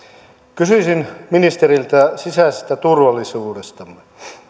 kysyisin ministeriltä sisäisestä turvallisuudestamme